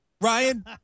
Ryan